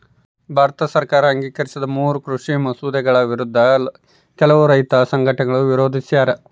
ಭಾರತ ಸರ್ಕಾರ ಅಂಗೀಕರಿಸಿದ ಮೂರೂ ಕೃಷಿ ಮಸೂದೆಗಳ ವಿರುದ್ಧ ಕೆಲವು ರೈತ ಸಂಘಟನೆ ವಿರೋಧಿಸ್ಯಾರ